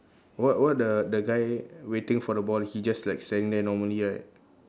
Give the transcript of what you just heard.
what what the the guy waiting for the ball he just like standing there normally right